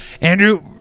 Andrew